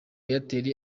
airtel